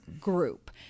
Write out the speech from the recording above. group